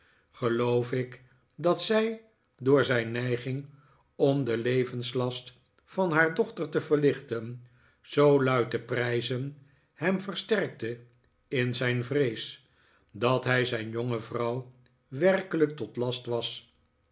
geloof ik dat zij door zijn neiging om den levenslast van haar dochter te verlichten zoo luid te prijzen hem versterkte in zijn vrees dat hij zijn jonge vrouw werkelijk tot last was